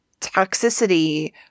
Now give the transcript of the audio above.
toxicity